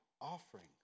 offering